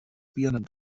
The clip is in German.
birnen